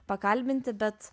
pakalbinti bet